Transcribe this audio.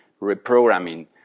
reprogramming